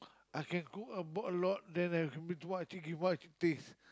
I can cook I bought a lot then I can bring to work I think give uh to taste